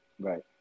Right